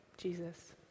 Jesus